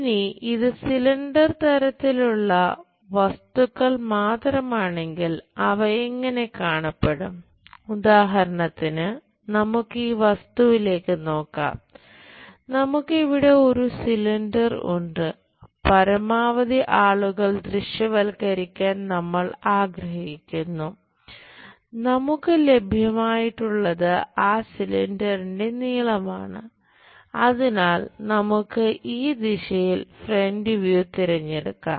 ഇനി ഇത് സിലിണ്ടർ തിരഞ്ഞെടുക്കാം